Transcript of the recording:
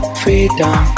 freedom